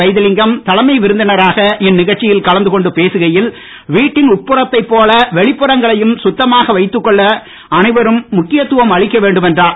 வைத்திலிங்கம் தலைமை விருந்தினராக இந்நிகழ்ச்சியில் கலந்து கொண்டு பேசுகையில் வீட்டின் உட்புறத்தை போல வெளிப்புறங்களையும் சுத்தமாக வைத்துக் கொள்ள அனைவரும் முக்கியத்துவம் அளிக்க வேண்டும் என்றார்